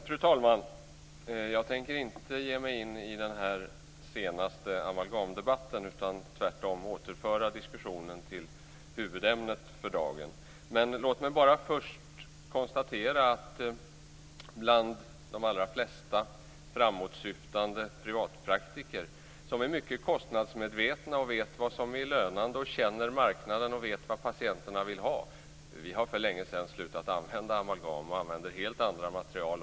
Fru talman! Jag tänker inte ge mig in i den senaste amalgamdebatten, utan återföra diskussionen till huvudämnet för dagen. Låt mig bara först konstatera att de allra flesta framåtsyftande privatpraktiker, som är mycket kostnadsmedvetna och vet vad som är lönande och som känner marknaden och vet vad patienterna vill ha, för länge sedan har slutat använda amalgam och använder helt andra material.